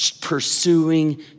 pursuing